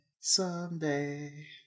Someday